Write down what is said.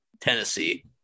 Tennessee